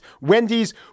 Wendy's